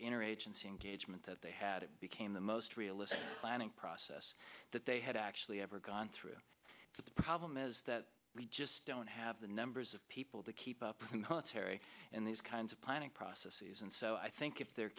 interagency engagement that they had became the most realistic planning process that they had actually ever gone through to the problem is that we just don't have the numbers of people to keep up with terry in these kinds of planning processes and so i think if there